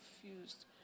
confused